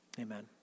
amen